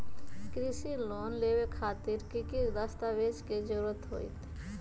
कृषि लोन लेबे खातिर की की दस्तावेज के जरूरत होतई?